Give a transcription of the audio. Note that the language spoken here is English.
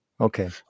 Okay